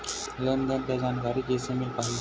लेन देन के जानकारी कैसे मिल पाही?